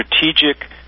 strategic